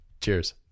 Cheers